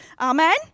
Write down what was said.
amen